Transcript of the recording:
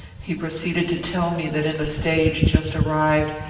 he proceeded to tell me that in the stage, just arrived,